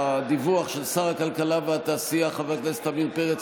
מבקש להודיע שהדיווח של שר הכלכלה והתעשייה חבר הכנסת עמיר פרץ